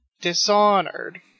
Dishonored